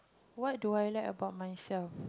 what do I like about myself